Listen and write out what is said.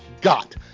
got